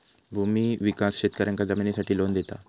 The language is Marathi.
भूमि विकास शेतकऱ्यांका जमिनीसाठी लोन देता